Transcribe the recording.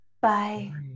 Bye